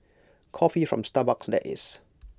coffee from Starbucks that is